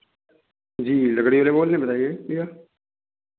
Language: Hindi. जी लकड़ी वाले बोल रहे हैं बताइए भैया